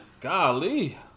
golly